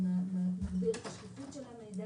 להסביר את השקיפות של המידע,